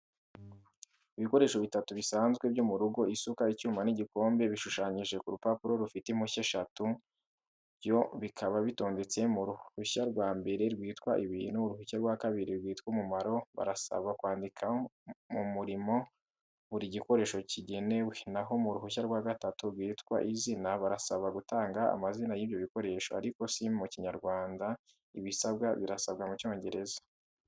Ibikoresho bitatu bisanzwe byo mu rugo: isuka, icyuma n'igikombe. Bishushanyije ku rupapuro rufite impushya eshatu, byo bikaba bitondetse mu rushushya rwa mbere rwitwa ibintu. Uruhushya rwa kabiri, rwitwa umumaro, barasaba kwandika umurimo buri gikoresho kigenewe, naho mu ruhushya rwa gatatu, rwitwa izina, barasaba gutanga amazina y'ibyo bikoresho. Ariko si mu Kinyarwanda, ibisabwa birasabwa mu Cyongereza.